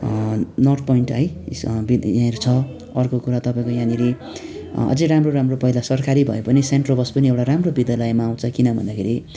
north Point है यहाँ छ अर्को कुरा तपाईँको यहाँनिर अझै राम्रो राम्रो पहिला सरकारी भए पनि सेन्ट रोबर्ट पनि राम्रो विद्यालयमा आउँछ किन भन्दाखेरि